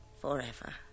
forever